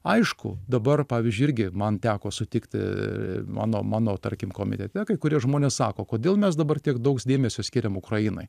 aišku dabar pavyzdžiui irgi man teko sutikti mano mano tarkim komitete kai kurie žmonės sako kodėl mes dabar tiek daug dėmesio skiriam ukrainai